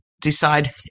decide